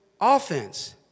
offense